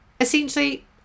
Essentially